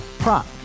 Prop